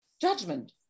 judgment